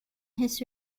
his